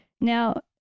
Now